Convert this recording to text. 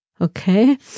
Okay